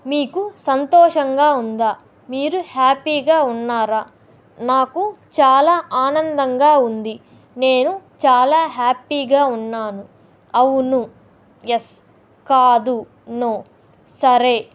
మీకు సంతోషంగా ఉందా మీరు హ్యాపీగా ఉన్నారా నాకు చాలా ఆనందంగా ఉంది నేను చాలా హ్యాపీగా ఉన్నాను అవును ఎస్ కాదు నో సరే